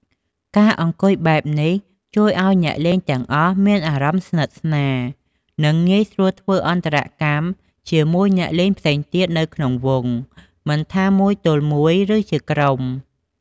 ការអង្គុយបែបនេះជួយឱ្យអ្នកលេងទាំងអស់មានអារម្មណ៍ស្និទ្ធស្នាល និងងាយស្រួលធ្វើអន្តរកម្មជាមួយអ្នកលេងផ្សេងទៀតនៅក្នុងវង់ មិនថាមួយទល់មួយ ឬជាក្រុម។